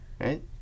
right